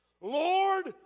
Lord